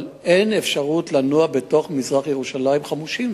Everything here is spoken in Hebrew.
אבל אין אפשרות לנוע בתוך מזרח-ירושלים חמושים.